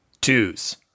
twos